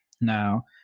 Now